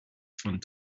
von